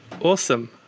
Awesome